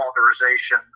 authorization